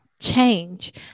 change